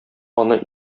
аны